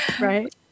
right